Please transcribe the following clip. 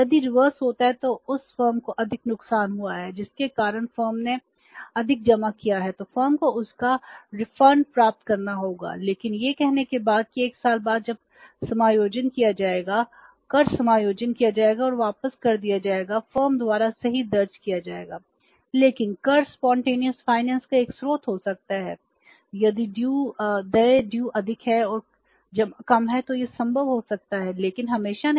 यदि रिवर्स अधिक है और जमा कम है तो यह संभव हो सकता है लेकिन हमेशा नहीं